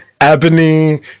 ebony